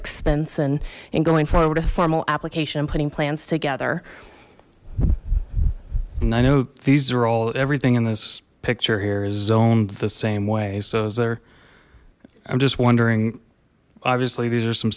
expense and in going forward a formal application and putting plans together i know these are all everything in this picture here is owned the same way so is there i'm just wondering obviously these are some